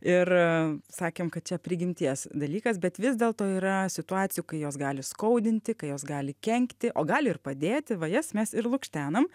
ir sakėm kad čia prigimties dalykas bet vis dėlto yra situacijų kai jos gali skaudinti kai jos gali kenkti o gali ir padėti va jas mes ir lukštenam